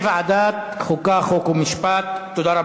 התשע"ה 2015, לוועדת החוקה, חוק ומשפט נתקבלה.